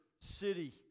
city